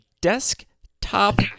desktop